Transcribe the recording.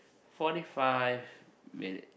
forty five minute